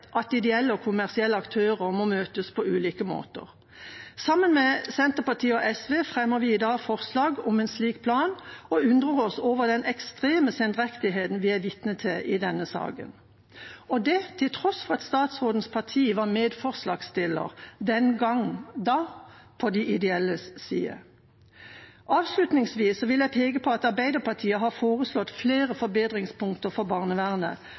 at ideelle og kommersielle aktører må møtes på ulike måter. Sammen med Senterpartiet og SV fremmer vi i dag forslag om en slik plan og undrer oss over den ekstreme sendrektigheten vi er vitne til i denne saken, og det til tross for at statsrådens parti var medforslagsstiller – den gang da – på de ideelles side. Avslutningsvis vil jeg peke på at Arbeiderpartiet har foreslått flere forbedringspunkter for barnevernet: